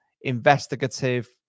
investigative